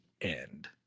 end